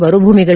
ಮರುಭೂಮಿಗಳು